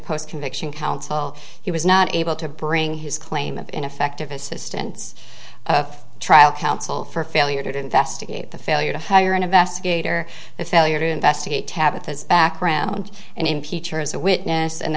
post conviction counsel he was not able to bring his claim of ineffective assistance of trial counsel for failure to investigate the failure to fire an investigator a failure to investigate tabitha's background and impeach him as a witness and